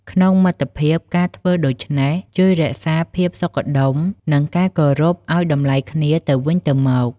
ក្នុងមិត្តភាព ការធ្វើដូច្នេះជួយរក្សាភាពសុខដុម និងការគោរពឱ្យតម្លៃគ្នាទៅវិញទៅមក។